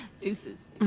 Deuces